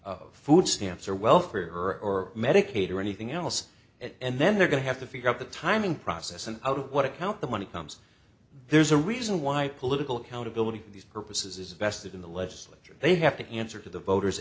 for food stamps or welfare or medicaid or anything else and then they're going to have to figure out the timing process and out of what account the money comes there's a reason why political accountability for these purposes is vested in the legislature they have to answer to the voters